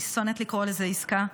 אני שונאת לקרוא לזה עסקה,